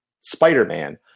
Spider-Man